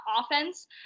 offense